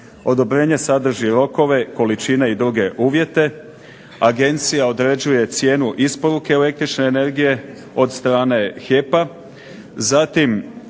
Odobrenje sadrži rokove, uvjete, agencija određuje cijenu isporuke električne energije od strane HEP-a, zatim